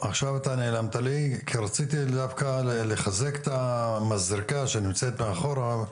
רציתי דווקא לחזק את המזרקה שנמצאת מאחוריך,